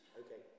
okay